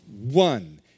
One